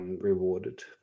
rewarded